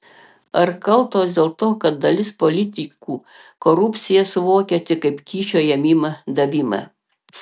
ar kaltos dėl to kad dalis politikų korupciją suvokia tik kaip kyšio ėmimą davimą